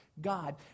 God